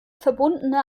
verbundene